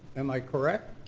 am i correct?